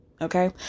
Okay